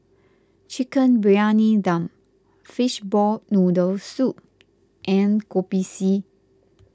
Chicken Briyani Dum Fishball Noodle Soup and Kopi C